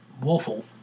waffle